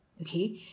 okay